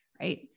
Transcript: Right